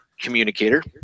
communicator